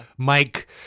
Mike